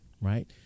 right